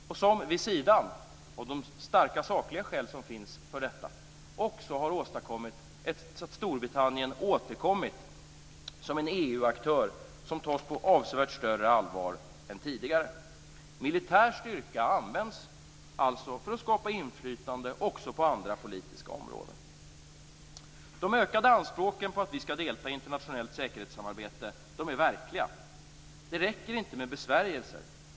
Förslaget har vid sidan av de starka sakliga skäl som finns för detta åstadkommit att Storbritannien återkommit som en EU-aktör som tas på avsevärt större allvar än tidigare. Militär styrka används alltså för att skapa inflytande också på andra politiska områden. De ökade anspråken på att vi skall delta i internationellt säkerhetssamarbete är verkliga. Det räcker inte med besvärjelser.